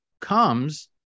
comes